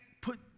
put